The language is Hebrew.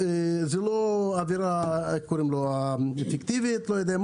זה לא עבירה פיקטיבית או איך שקוראים לזה,